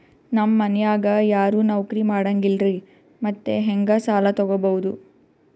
ನಮ್ ಮನ್ಯಾಗ ಯಾರೂ ನೌಕ್ರಿ ಮಾಡಂಗಿಲ್ಲ್ರಿ ಮತ್ತೆಹೆಂಗ ಸಾಲಾ ತೊಗೊಬೌದು?